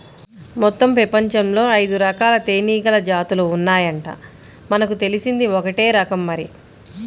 మొత్తం పెపంచంలో ఐదురకాల తేనీగల జాతులు ఉన్నాయంట, మనకు తెలిసింది ఒక్కటే రకం మరి